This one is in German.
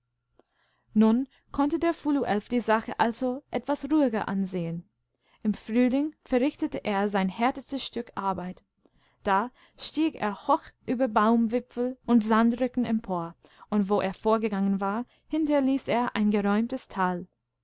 nun konnte der fuluelf die sache also etwas ruhiger ansehen im frühling verrichtete er sein härtestes stück arbeit da stieg er hoch über baumwipfel und sandrücken empor und wo er vorgegangen war hinterließ er ein geräumtestal